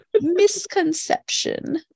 Misconception